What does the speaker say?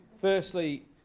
Firstly